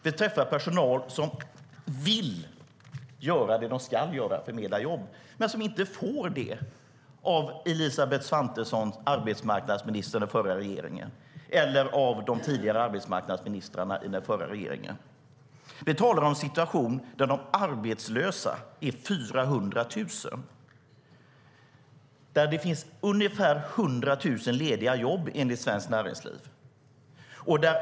Vi träffar personal som vill göra det de ska göra, förmedla jobb, men som inte får det för Elisabeth Svantesson, arbetsmarknadsminister i den förra regeringen, eller för de tidigare arbetsmarknadsministrarna i den förra regeringen. Vi talar om en situation där de arbetslösa är 400 000 och där det finns ungefär 100 000 lediga jobb, enligt Svenskt Näringsliv.